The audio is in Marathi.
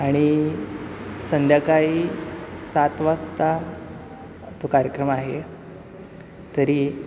आणि संध्याकाळी सात वाजता तो कार्यक्रम आहे तरी